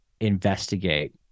investigate